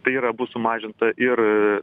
tai yra bus sumažinta ir